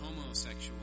homosexual